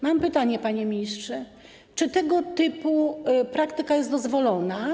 Mam pytanie, panie ministrze: Czy tego typu praktyka jest dozwolona?